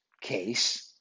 case